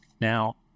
Now